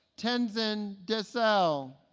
tenzin desel